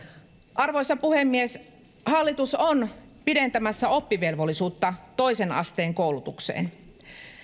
arvoisa puhemies hallitus on pidentämässä oppivelvollisuutta toisen asteen koulutukseen